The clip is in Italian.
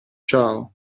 ciao